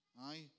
Aye